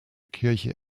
kirche